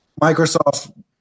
Microsoft